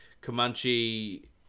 Comanche